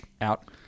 out